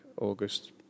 August